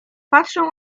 patrzą